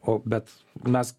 o bet mes